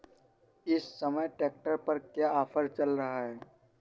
इस समय ट्रैक्टर पर क्या ऑफर चल रहा है?